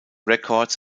records